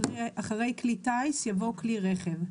אחרי "כלי טיס" יבוא "כלי רכב";"